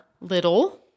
Little